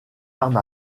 armes